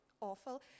awful